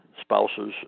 spouses